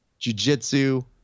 jujitsu